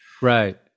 Right